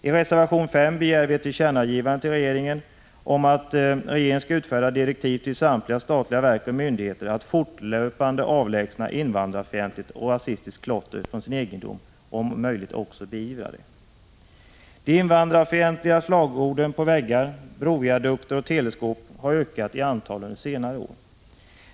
I reservation 1 begär vi ett tillkännagivande till regeringen om att regeringen skall utfärda direktiv till samtliga statliga verk och myndigheter att fortlöpande avlägsna invandrarfientligt och rasistiskt klotter från sin egendom och om möjligt också beivra klottrandet. De invandrarfientliga slagorden på väggar, broviadukter och teleskåp har ökat i antal under senare år.